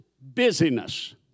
busyness